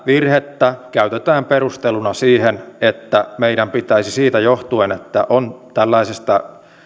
virhettä käytetään perusteluna sille että meidän pitäisi siitä johtuen että on tällaisesta